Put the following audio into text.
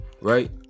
right